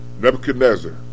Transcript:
Nebuchadnezzar